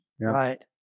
Right